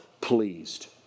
pleased